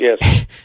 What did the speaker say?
yes